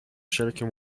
wszelkie